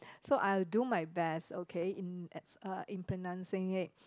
so I'll do my best okay in at uh in pronouncing it